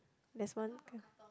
there's one k~